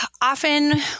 Often